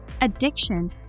addiction